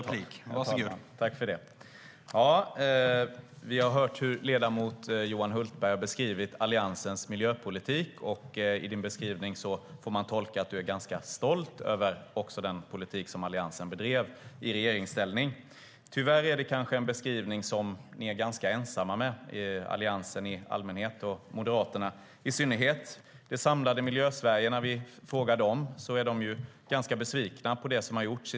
Herr talman! Vi har hört ledamoten Johan Hultberg beskriva Alliansens miljöpolitik. Man får tolka din beskrivning som att du är ganska stolt också över den politik Alliansens bedrev i regeringsställning, Johan Hultberg. Tyvärr är det kanske en beskrivning ni är ganska ensamma om - Alliansen i allmänhet och Moderaterna i synnerhet. När vi frågar det samlade Miljösverige är de ganska besvikna på det som har gjorts.